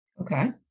Okay